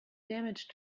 damage